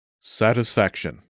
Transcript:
Satisfaction